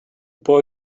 boy